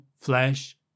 flesh